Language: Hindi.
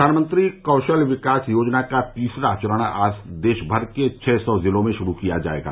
प्रधानमंत्री कौशल विकास योजना का तीसरा चरण आज देशमर के छह सौ जिलों में शुरू किया जायेगा